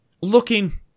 Looking